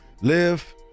live